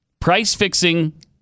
Price-fixing